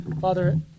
Father